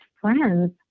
friends